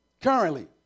Currently